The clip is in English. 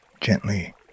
gently